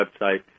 website